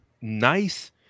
nice